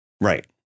right